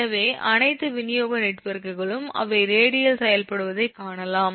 எனவே அனைத்து விநியோக நெட்வொர்க்குகளும் அவை ரேடியலில் செயல்படுவதை காணலாம்